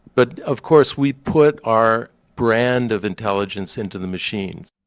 but of course we put our brand of intelligence into the machines.